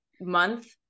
month